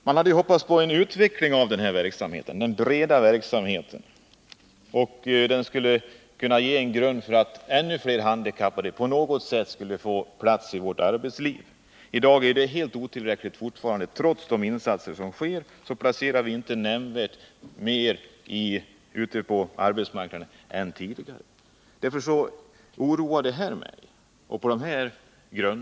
Jag hade hoppats på att en utveckling av den breda verksamheten skulle kunna utgöra en grund för att ännu fler handikappade på något sätt skulle få platsi vårt arbetsliv. I dag är det fortfarande helt otillräckligt. Trots de insatser som görs placerar vi inte nämnvärt fler än tidigare ute på arbetsmarknaden. På dessa grunder oroar mig detta.